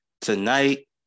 Tonight